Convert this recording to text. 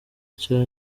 cya